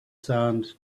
sand